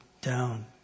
down